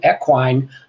equine